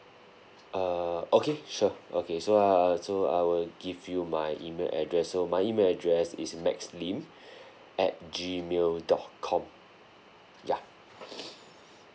err okay sure okay so err so I will give you my email address so my email address is max lim at gmail dot com ya